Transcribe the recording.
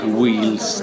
wheels